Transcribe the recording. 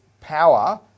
power